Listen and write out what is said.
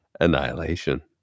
Annihilation